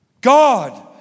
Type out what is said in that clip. God